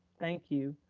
thank you.